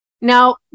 Now